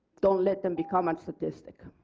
don't let them become a statistic.